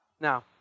Now